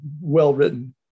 well-written